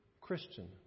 Christian